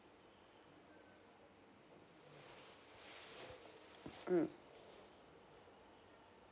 mm